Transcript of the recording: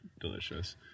delicious